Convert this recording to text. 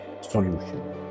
solution